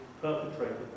perpetrated